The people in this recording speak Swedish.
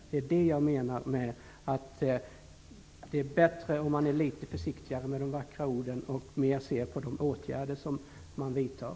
Det är det jag menar med att det är bättre om man är litet försiktigare med de vackra orden, och mer ser på de åtgärder man vidtar.